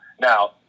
now